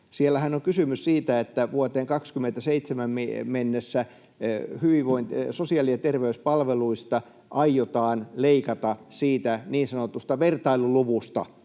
siellä on siitä, että vuoteen 27 mennessä sosiaali- ja terveyspalveluista aiotaan leikata siitä niin sanotusta vertailuluvusta,